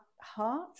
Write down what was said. heart